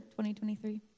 2023